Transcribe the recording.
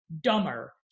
dumber